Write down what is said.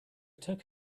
took